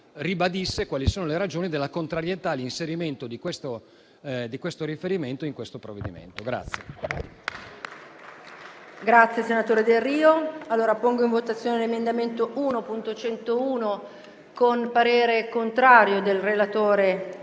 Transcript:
ribadisse quali sono le ragioni della contrarietà all'inserimento di questo riferimento nel provvedimento.